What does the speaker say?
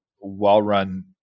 well-run